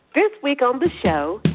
this week on the show,